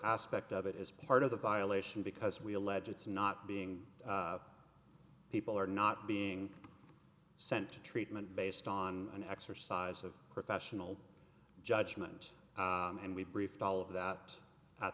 aspect of it is part of the violation because we allege it's not being people are not being sent to treatment based on an exercise of professional judgment and we briefed all of that at